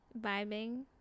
vibing